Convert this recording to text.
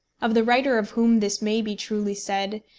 of the writer of whom this may be truly said,